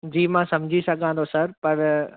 जी मां सम्झी सघां थो सर पर